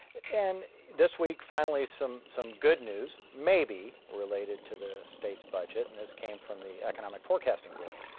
and this week, finally, some some good news, maybe, related to the state's budget and this came from the economic forecasting board.